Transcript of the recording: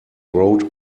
wrote